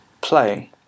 playing